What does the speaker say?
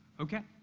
okay.